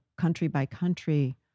country-by-country